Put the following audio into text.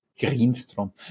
Greenstrom